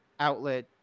Outlet